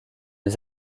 des